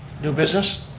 new business?